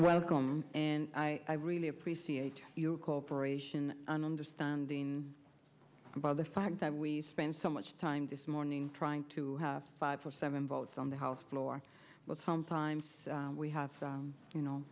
welcome and i really appreciate your cooperation and understanding by the fact that we spend so much time this morning trying to have five or seven votes on the house floor was home time we have you know